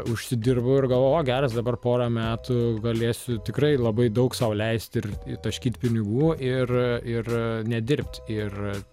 užsidirbu ir galvoju o geras dabar porą metų galėsiu tikrai labai daug sau leisti ir taškyt pinigų ir ir nedirbt ir